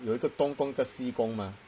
有一个东公一个西公吗